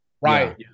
right